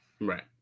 Right